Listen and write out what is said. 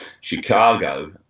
Chicago